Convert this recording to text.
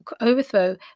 overthrow